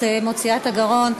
את מוציאה את הגרון.